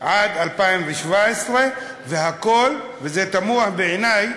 עד 2017. וזה התמוה בעיני,